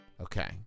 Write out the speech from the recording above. Okay